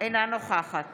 אינה נוכחת